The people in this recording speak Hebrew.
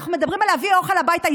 אנחנו מדברים על להביא אוכל הביתה,